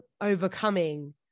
overcoming